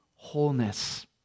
Wholeness